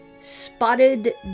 Spotted